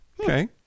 Okay